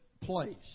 place